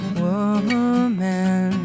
woman